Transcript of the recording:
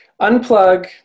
Unplug